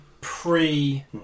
Pre